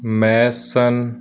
mason